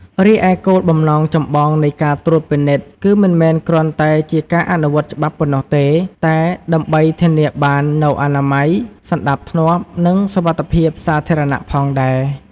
រីឯ គោលបំណងចម្បងនៃការត្រួតពិនិត្យ គឺមិនមែនគ្រាន់តែជាការអនុវត្តច្បាប់ប៉ុណ្ណោះទេ តែដើម្បីធានាបាននូវអនាម័យ សណ្តាប់ធ្នាប់ និងសុវត្ថិភាពសាធារណៈ ផងដែរ។